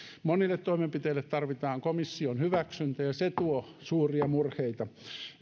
monille toimenpiteille tarvitaan komission hyväksyntä ja se tuo suuria murheita